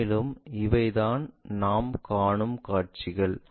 மேலும் இவைதான் நாம் காணும் காட்சிகள்